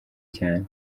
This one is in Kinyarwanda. cyane